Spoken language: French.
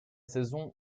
saison